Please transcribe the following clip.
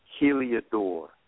heliodor